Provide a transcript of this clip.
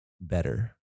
better